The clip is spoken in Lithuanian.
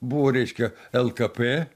buvo reiškia lkp